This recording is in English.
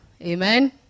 Amen